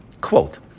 Quote